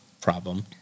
problem